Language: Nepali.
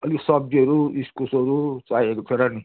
अलि सब्जीहरू इस्कुसहरू चाहिएको थियो र नि